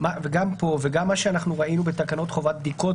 -- וגם פה וגם מה שאנחנו ראינו בתקנות חובת בדיקות